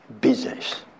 business